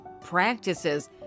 practices